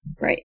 right